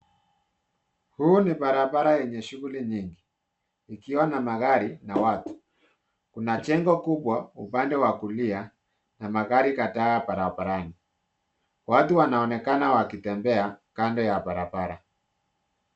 Huu ni barabara yenye shughuli nyingi ikiwa na magari na watu. Kuna jengo kubwa upande wa kulia na magari kadhaa barabarani. Watu wanaonekana wakitembea kando ya barabara.